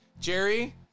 Jerry